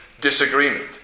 disagreement